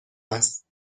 است